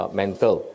mental